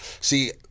see